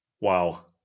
Wow